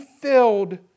filled